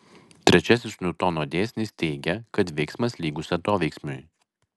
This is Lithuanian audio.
trečiasis niutono dėsnis teigia kad veiksmas lygus atoveiksmiui